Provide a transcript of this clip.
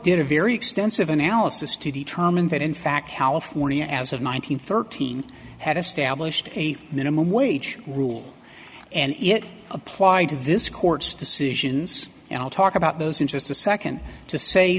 did a very extensive analysis to determine that in fact california as of nine hundred thirteen had established a minimum wage rule and it applied to this court's decisions and i'll talk about those in just a second to say